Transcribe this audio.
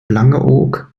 langeoog